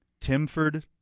Timford